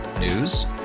News